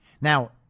Now